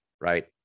right